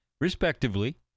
respectively